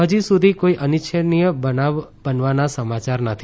હજુ સુધી કોઈ અનિચ્છનીય બનાવ બનવાના સમાચાર નથી